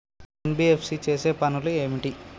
NBFC చేసే పనులు ఏమిటి?